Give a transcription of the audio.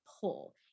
pull